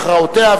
הכרעותיה,